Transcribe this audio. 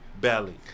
belly